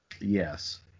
Yes